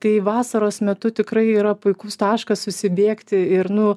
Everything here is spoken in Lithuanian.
tai vasaros metu tikrai yra puikus taškas susibėgti ir nu